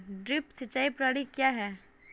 Drip सिंचाई प्रणाली क्या है?